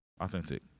authentic